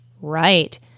Right